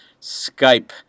skype